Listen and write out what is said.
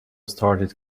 started